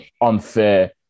unfair